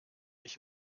ich